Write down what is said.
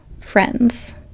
friends